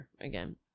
again